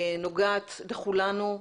נוגעת לכולנו,